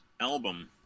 album